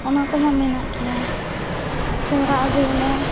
ᱚᱱᱟ ᱠᱚᱢᱟ ᱢᱮᱱᱟᱜ ᱜᱤᱭᱟ ᱥᱮᱸᱫᱽᱨᱟ ᱟᱹᱜᱩᱭᱟᱞᱮ